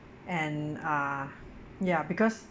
and uh ya because